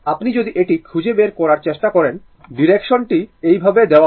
আপনি যদি এটি খুঁজে বের করার চেষ্টা করেন ডিরেক্শনটি এইভাবে নেওয়া হয়